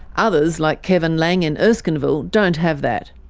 others, like kevin lang in erskinville, don't have that.